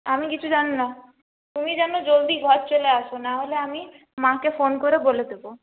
আমি কিছু জানি না তুমি যেন জলদি ঘর চলে আসো নাহলে আমি মাকে ফোন করে বলে দেব